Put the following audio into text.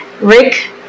Rick